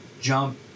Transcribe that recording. jump